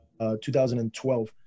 2012